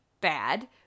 bad